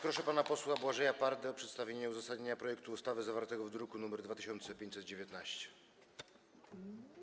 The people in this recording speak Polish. Proszę pana posła Błażeja Pardę o przedstawienie uzasadnienia projektu ustawy zawartego w druku nr 2519.